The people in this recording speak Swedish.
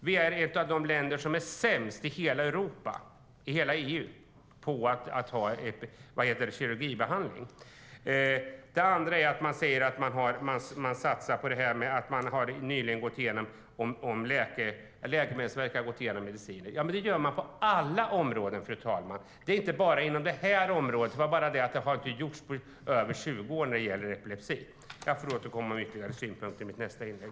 Vi är ett av de länder som är sämst i hela EU på att använda kirurgibehandling. Ministern säger också att Läkemedelsverket har gått igenom mediciner. Det gör man ju på alla områden, inte bara inom det här området! Det är bara det att det inte har gjorts på över 20 år när det gäller epilepsi. Jag får återkomma med ytterligare synpunkter i mitt nästa inlägg.